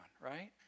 right